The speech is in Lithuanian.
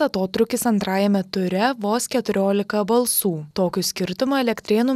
atotrūkis antrajame ture vos keturiolika balsų tokiu skirtumu elektrėnų